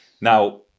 now